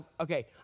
okay